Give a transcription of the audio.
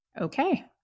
Okay